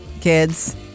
kids